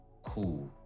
Cool